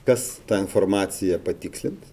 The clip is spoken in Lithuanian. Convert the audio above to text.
kas tą informaciją patikslins